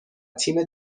تیم